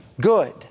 good